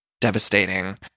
devastating